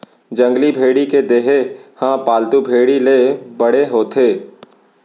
जंगली भेड़ी के देहे ह पालतू भेड़ी ले बड़े होथे